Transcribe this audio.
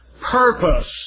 purpose